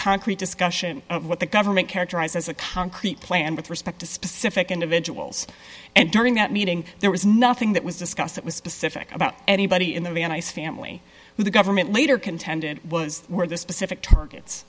concrete discussion of what the government characterized as a concrete plan with respect to specific individuals and during that meeting there was nothing that was discussed that was specific about anybody in the ice family who the government later contended were the specific targets